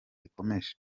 rikomeje